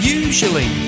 usually